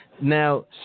Now